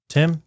Tim